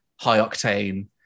high-octane